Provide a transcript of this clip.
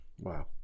wow